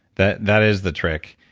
that that is the trick.